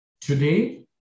Today